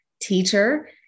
teacher